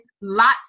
lots